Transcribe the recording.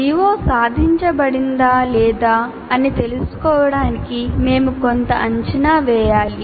CO సాధించబడిందా లేదా అని తెలుసుకోవడానికి మేము కొంత అంచనా వేయాలి